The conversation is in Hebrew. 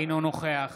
אינו נוכח